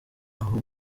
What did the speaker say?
aho